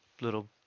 little